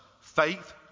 Faith